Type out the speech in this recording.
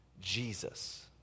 Jesus